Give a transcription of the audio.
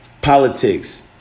Politics